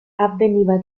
avveniva